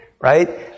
right